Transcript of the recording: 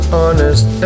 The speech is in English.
honest